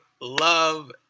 love